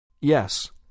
Yes